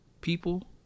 people